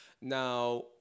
Now